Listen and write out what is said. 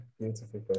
beautiful